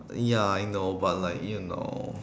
ya I know but like you know